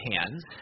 hands